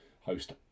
host